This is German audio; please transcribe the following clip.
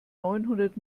neunhundert